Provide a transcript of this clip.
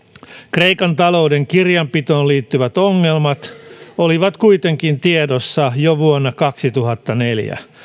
kreikan talouden kirjanpitoon liittyvät ongelmat olivat kuitenkin tiedossa jo vuonna kaksituhattaneljä